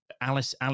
Alice